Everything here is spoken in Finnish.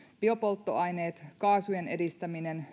biopolttoaineet ja kaasujen edistäminen